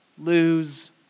lose